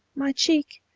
my cheek!